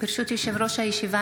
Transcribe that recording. ברשות יושב-ראש הישיבה,